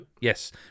Yes